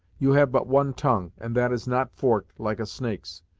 you have but one tongue, and that is not forked, like a snake's.